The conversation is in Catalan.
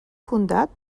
fundat